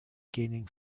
gaining